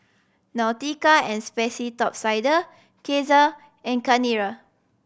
Nautica and Sperry Top Sider Cesar and Chanira